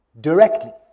directly